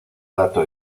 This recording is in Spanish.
dato